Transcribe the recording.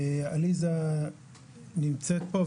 עליזה נמצאת פה,